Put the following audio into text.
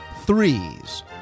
threes